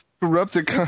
Corrupted